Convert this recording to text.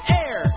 air